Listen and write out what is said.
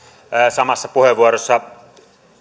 samassa puheenvuorossa